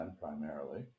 primarily